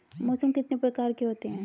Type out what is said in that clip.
मौसम कितने प्रकार के होते हैं?